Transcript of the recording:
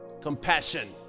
compassion